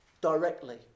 directly